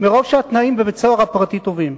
מרוב שהתנאים בבית-הסוהר הפרטי טובים.